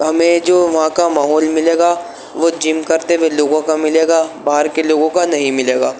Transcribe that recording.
ہمیں جو وہاں کا ماحول ملے گا وہ جم کرتے ہوئے لوگوں کا ملے گا باہر کے لوگوں کا نہیں ملے گا